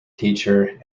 teacher